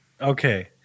Okay